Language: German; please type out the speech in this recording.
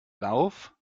lauf